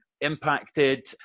impacted